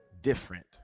different